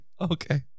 Okay